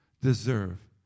deserve